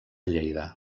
lleida